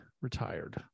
retired